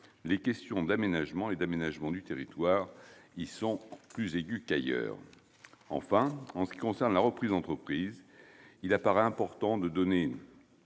les questions d'aménagement, notamment d'aménagement du territoire, y sont plus aiguës qu'ailleurs. Enfin, en ce qui concerne la reprise d'entreprises, il paraît important de donner